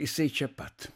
jisai čia pat